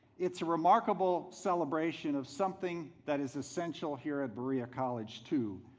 it's a remarkable celebration of something that is essential here at berea college too.